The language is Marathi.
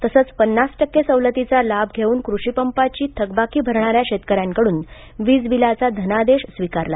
तसेच पन्नास टक्के सवलतीचा लाभ घेऊन कृषिपंपाची थकबाकी भरणाऱ्या शेतकऱ्याकडून वीजबिलाचा धनादेश स्वीकारला